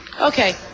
Okay